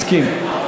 מסכים, כן.